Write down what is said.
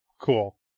cool